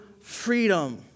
freedom